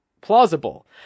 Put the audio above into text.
plausible